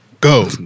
Go